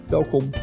Welkom